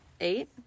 eight